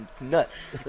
nuts